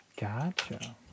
Gotcha